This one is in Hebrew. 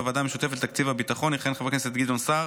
בוועדה משותפת לתקציב הביטחון יכהן חבר הכנסת גדעון סער